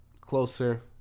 closer